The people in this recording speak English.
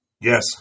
Yes